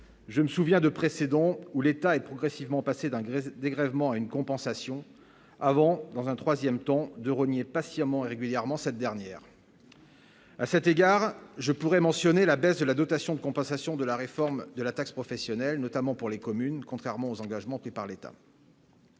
je me souviens de précédents où l'État est progressivement passé d'dégrèvements une compensation avant dans un 3ème temps de rogner patiemment et régulièrement cette dernière. à cet égard je pourrais mentionner la baisse de la dotation de compensation de la réforme de la taxe professionnelle, notamment pour les communes, contrairement aux engagements pris par l'État.